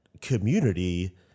community